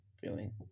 feeling